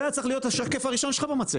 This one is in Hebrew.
זה היה צריך להיות השקף הראשון שלך במצגת.